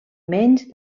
menys